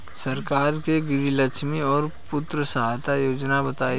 सरकार के गृहलक्ष्मी और पुत्री यहायता योजना बताईं?